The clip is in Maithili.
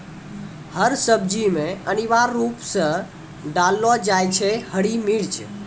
हर सब्जी मॅ अनिवार्य रूप सॅ डाललो जाय छै हरी मिर्च